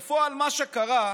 בפועל, מה שקרה,